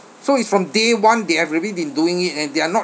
so it's from day one they have already been doing it and they're not